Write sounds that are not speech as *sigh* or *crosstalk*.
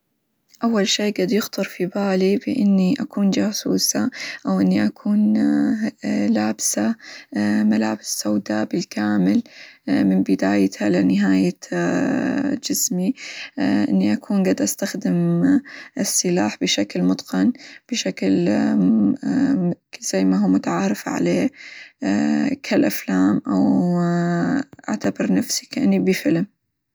أول شي قد يخطر في بالي بإني أكون جاسوسة، أو إني أكون *hesitation* لابسة *hesitation* ملابس سوداء بالكامل *hesitation* من بداية لنهاية *hesitation* جسمي *hesitation* إني أكون قد أستخدم السلاح بشكل متقن بشكل *hesitation* زي ما هو متعارف عليه *hesitation* كالأفلام، أو *hesitation* أعتبر نفسي كإني بفيلم.